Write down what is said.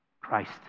Christ